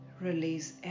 Release